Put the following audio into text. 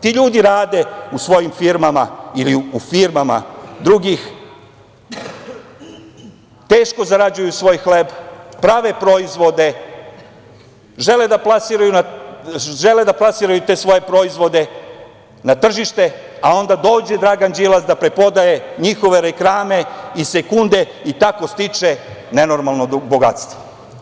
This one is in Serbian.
Ti ljudi rade u svojim firmama ili u firmama drugih, teško zarađuju svoj hleb, prave proizvode, žele da plasiraju te svoje proizvode na tržište, a onda dođe Dragan Đilas da preprodaje njihove reklame i sekunde i tako stiče nenormalno bogatstvo.